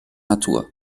natur